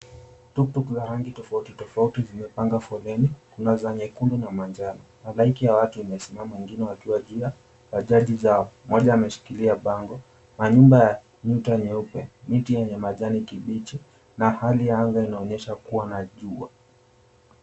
Tuk tuk za rangi tofauti tofauti zimepanga foleni. Kuna za nyekundu na majano. Halaiki ya watu imesimama wengine wakiwa juu ya bajaji zao. Moja ameshikilia bango. Manyumba ya nyuta nyeupe, miti yenye majani kibichi na hali ya anga inaonyesha kuwa na jua.